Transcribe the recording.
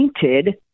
painted